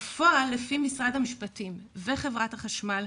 בפועל, לפי משרד המשפטים וחברת החשמל,